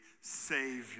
Savior